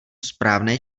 správné